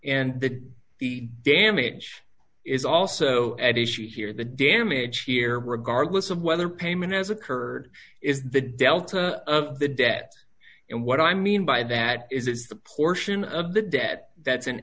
and that the damage is also at issue here the damage here regardless of whether payment has occurred is the delta of the debt and what i mean by that is the portion of the debt that's